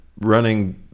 running